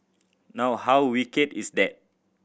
now how wicked is that